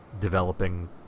developing